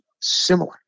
similar